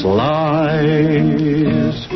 lies